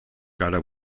cara